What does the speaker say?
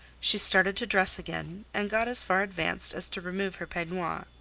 she started to dress again, and got as far advanced as to remove her peignoir.